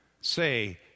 Say